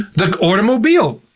the automobile,